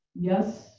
Yes